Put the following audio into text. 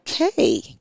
okay